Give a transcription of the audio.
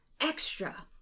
extra